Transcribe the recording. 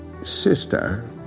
sister